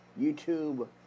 YouTube